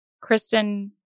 Kristen